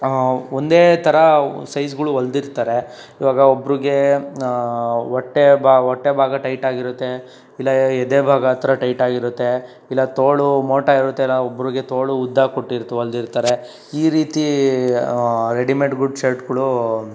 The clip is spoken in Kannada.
ಒಂದೇ ಥರ ಸೈಜ್ಗಳು ಹೊಲ್ದಿರ್ತಾರೆ ಈವಾಗ ಒಬ್ಬರಿಗೆ ಹೊಟ್ಟೆ ಭಾ ಹೊಟ್ಟೆ ಭಾಗ ಟೈಟ್ ಆಗಿರುತ್ತೆ ಇಲ್ಲ ಎ ಎದೆ ಭಾಗ ಹತ್ತಿರ ಟೈಟ್ ಆಗಿರುತ್ತೆ ಇಲ್ಲ ತೋಳು ಮೋಟಾ ಇರುತ್ತೆ ಇಲ್ಲ ಒಬ್ಬರಿಗೆ ತೋಳು ಉದ್ದ ಕೊಟ್ಟಿರ್ತ್ ಹೊಲ್ದಿರ್ತಾರೆ ಈ ರೀತಿ ರೆಡಿಮೇಡ್ಗಳು ಶರ್ಟ್ಗಳು